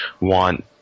want